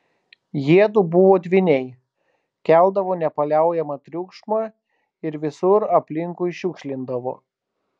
jiedu buvo dvyniai keldavo nepaliaujamą triukšmą ir visur aplinkui šiukšlindavo